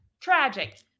Tragic